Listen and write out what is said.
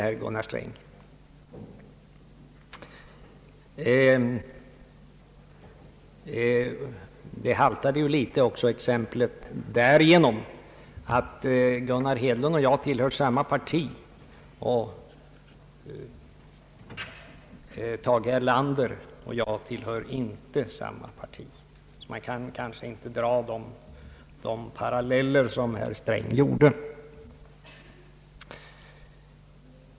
Exemplet haltade också litet därigenom att Gunnar Hedlund och jag tillhör samma parti, medan Tage Erlander och jag inte tillhör samma parti: Således kan man inte dra de paralleller som herr Sträng gjorde.